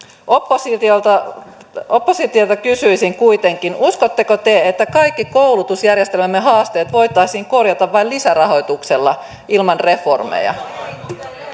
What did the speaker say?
oppositiolta oppositiolta kysyisin kuitenkin uskotteko te että kaikki koulutusjärjestelmämme haasteet voitaisiin korjata vain lisärahoituksella ilman reformeja